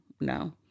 No